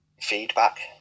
feedback